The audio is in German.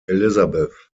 elizabeth